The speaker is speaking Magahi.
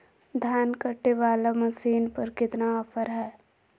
धान कटे बाला मसीन पर कितना ऑफर हाय?